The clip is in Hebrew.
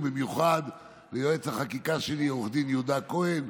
ובמיוחד ליועץ החקיקה שלי עו"ד יהודה כהן,